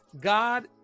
God